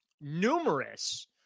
numerous